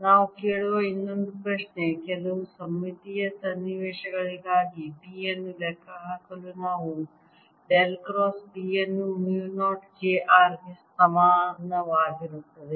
ನಾವು ಕೇಳುವ ಇನ್ನೊಂದು ಪ್ರಶ್ನೆ ಕೆಲವು ಸಮ್ಮಿತೀಯ ಸನ್ನಿವೇಶಗಳಿಗಾಗಿ B ಅನ್ನು ಲೆಕ್ಕಹಾಕಲು ನಾವು ಡೆಲ್ ಕ್ರಾಸ್ B ಅನ್ನು ಮು 0 j r ಗೆ ಸಮಾನವಾಗಿರುತ್ತದೆ